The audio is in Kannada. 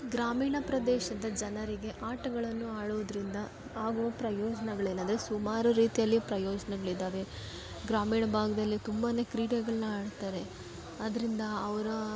ಗ್ರಾಮೀಣ ಪ್ರದೇಶದ ಜನರಿಗೆ ಆಟಗಳನ್ನು ಆಡುವುದರಿಂದ ಆಗುವ ಪ್ರಯೋಜನಗಳೇನೆಂದ್ರೆ ಸುಮಾರು ರೀತಿಯಲ್ಲಿ ಪ್ರಯೋಜನಗಳಿದಾವೆ ಗ್ರಾಮೀಣ ಭಾಗದಲ್ಲಿ ತುಂಬಾ ಕ್ರೀಡೆಗಳನ್ನ ಆಡ್ತಾರೆ ಆದ್ದರಿಂದ ಅವರ